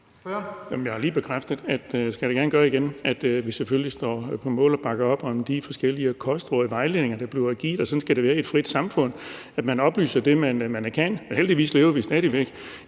gerne gøre det igen – at vi selvfølgelig står på mål for og bakker op om de forskellige kostråd og vejledninger, der bliver givet. Sådan skal det være i et frit samfund – at man oplyser det, man kan. Heldigvis lever vi stadig væk